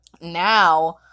now